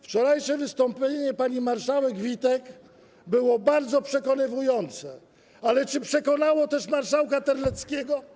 Wczorajsze wystąpienie pani marszałek Witek było bardzo przekonujące, ale czy przekonało też marszałka Terleckiego?